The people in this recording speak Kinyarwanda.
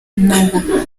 n’ubu